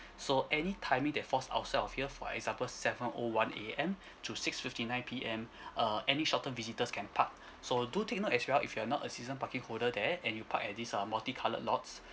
so any timing that falls outside of here for example seven O one A_M to six fifty nine P_M uh any short term visitors can park so do take note as well if you are not a season parking holder there and you park at this uh multicoloured lots